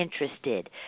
interested